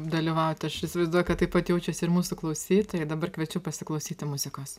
dalyvauti aš įsivaizduoju kad taip pat jaučiasi ir mūsų klausytojai dabar kviečiu pasiklausyti muzikos